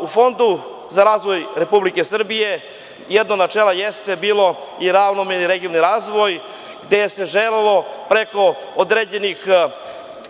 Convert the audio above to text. U Fondu za razvoj Republike Srbije jedno od načela je bilo i ravnomerni regionalni razvoj, gde se želelo preko određenih start ap